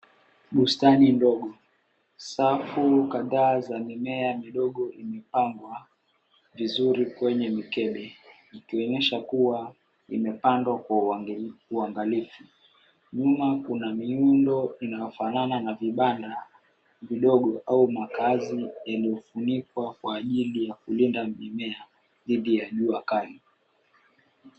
Bustani ndogo, safu kadhaa za mimea midogo, imepangwa vizuri kwenye mikebe ikionyesha kuwa imepandwa kwa uangalifu. Nyuma kuna miundo inayofanana na vibanda vidogo au makaazi yenye ufuniko kwa ajili ya kulinda mimea dhidi ya jua kali.